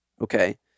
okay